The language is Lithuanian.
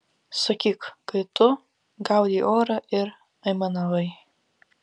sakyk kai tu gaudei orą ir aimanavai